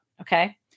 Okay